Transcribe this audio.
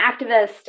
activist